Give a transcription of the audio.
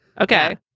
okay